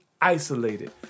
Isolated